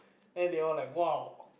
then they all like !wow!